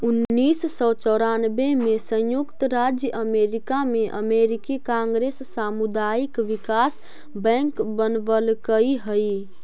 उन्नीस सौ चौरानबे में संयुक्त राज्य अमेरिका में अमेरिकी कांग्रेस सामुदायिक विकास बैंक बनवलकइ हई